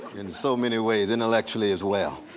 in so many ways, intellectually as well.